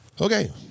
Okay